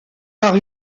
par